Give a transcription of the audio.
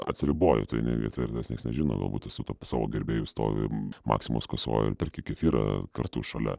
atsiriboji tu eini gatve ir tavęs nieks nežino galbūt tu pas savo gerbėjus stovi maximos kasoj perki kefyrą kartu šalia